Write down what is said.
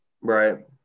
Right